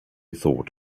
thought